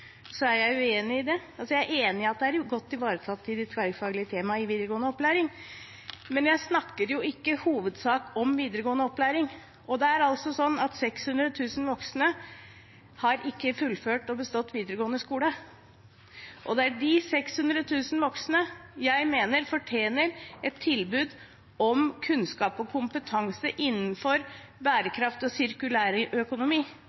er jeg uenig i det. Jeg er enig i at det er godt ivaretatt i de tverrfaglige temaene i videregående opplæring, men jeg snakker jo ikke i hovedsak om videregående opplæring. Det er altså sånn at 600 000 voksne ikke har fullført og bestått videregående skole, og det er de 600 000 voksne jeg mener fortjener et tilbud om kunnskap og kompetanse innenfor